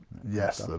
yes, ah